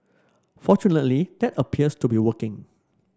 fortunately that appears to be working